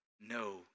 no